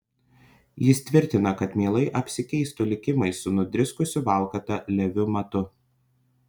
jis tvirtina kad mielai apsikeistų likimais su nudriskusiu valkata leviu matu